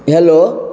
hello